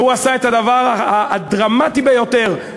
והוא עשה את הדבר הדרמטי ביותר,